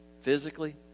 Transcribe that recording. Physically